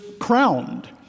crowned